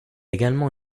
également